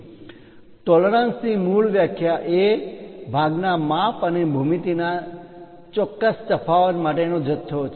tolerance પરિમાણ માં માન્ય તફાવત ની મૂળ વ્યાખ્યા એ ભાગ ના માપ અને ભૂમિતિમાં ચોક્કસ તફાવત માટેનો જથ્થો છે